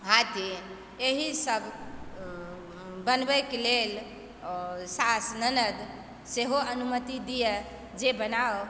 हाथी एहिसभ बनबयके लेल सास ननद सेहो अनुमति दिअ जे बनाउ